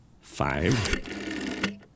five